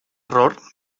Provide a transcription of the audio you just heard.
error